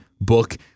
Book